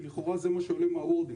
לכאורה, זה מה שעולה מהניסוח.